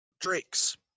Drakes